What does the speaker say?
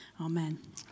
Amen